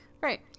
Right